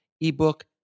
ebook